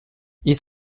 ich